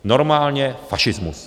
Normálně fašismus!